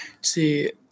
See